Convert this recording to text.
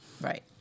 Right